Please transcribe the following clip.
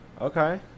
Okay